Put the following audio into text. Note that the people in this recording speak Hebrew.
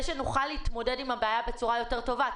שנוכל להתמודד עם הבעיה בצורה יותר טובה?